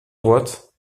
droite